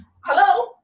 Hello